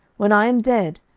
when i am dead,